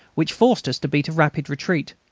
which forced us to beat a rapid retreat.